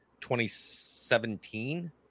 2017